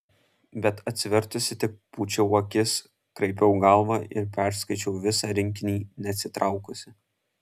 bet atsivertusi tik pūčiau akis kraipiau galvą ir perskaičiau visą rinkinį neatsitraukusi